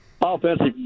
offensive